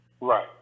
Right